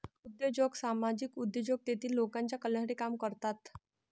उद्योजक सामाजिक उद्योजक तेतील लोकांच्या कल्याणासाठी काम करतात